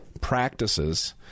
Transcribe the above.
practices